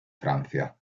francia